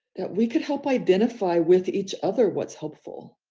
that we can help identify with each other what's helpful.